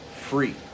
free